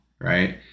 right